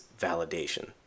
validation